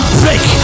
break